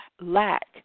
lack